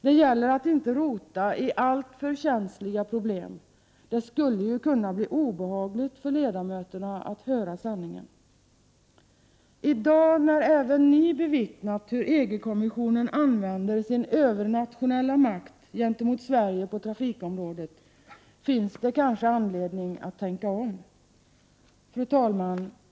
Det gäller att inte rota i alltför känsliga problem — det skulle ju kunna bli obehagligt för ledamöterna att höra sanningen. I dag, när även ni bevittnat hur EG-kommissionen använder sin övernationella makt gentemot Sverige på trafikområdet, finns det kanske anledning att tänka om. Fru talman!